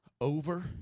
over